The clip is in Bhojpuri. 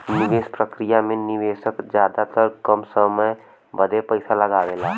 निवेस प्रक्रिया मे निवेशक जादातर कम समय बदे पइसा लगावेला